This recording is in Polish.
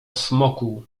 smoku